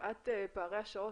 מפאת פערי השעות,